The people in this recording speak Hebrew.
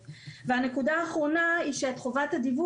אני רוצה לציין את תרומתה של חברת הכנסת דאז יעל כהן פארן,